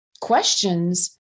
questions